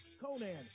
conan